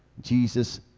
jesus